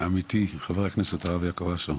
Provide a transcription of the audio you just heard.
עמיתי חבר הכנסת הרב יעקב אשר,